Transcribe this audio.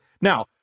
now